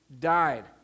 died